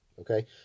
okay